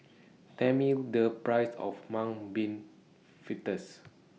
Tell Me The Price of Mung Bean Fritters